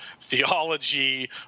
theology